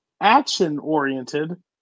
action-oriented